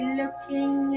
looking